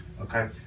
Okay